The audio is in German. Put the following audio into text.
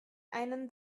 einen